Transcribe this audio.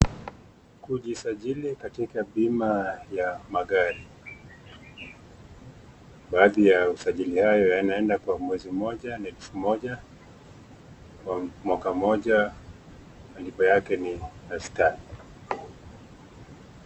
Kujisajili katika bima ya magari. Baadhi ya usajili hayo yanaenda kwa mwezi mmoja na elfu moja, kwa mwaka moja malipo yake ni elfu tano.